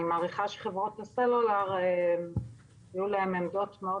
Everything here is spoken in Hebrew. אני מעריכה שחברות הסלולר יהיו להן עמדות מאוד